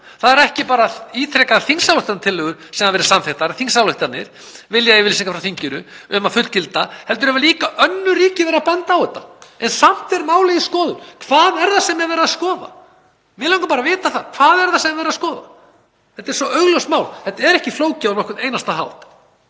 Það eru ekki bara ítrekaðar þingsályktunartillögur sem hafa verið samþykktar, viljayfirlýsingar frá þinginu um að fullgilda, heldur hafa líka önnur ríki verið að benda á þetta. Samt er málið í skoðun. Hvað er það sem er verið að skoða? Mig langar bara að vita það: Hvað er það sem er verið að skoða? Þetta er svo augljóst mál. Þetta er ekki flókið á nokkurn einasta hátt.